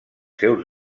seus